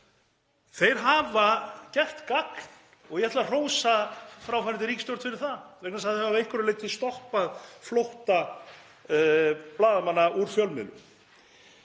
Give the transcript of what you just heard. Þeir hafa gert gagn og ég ætla að hrósa fráfarandi ríkisstjórn fyrir það; þeir hafa að einhverju leyti stoppað flótta blaðamanna úr fjölmiðlum.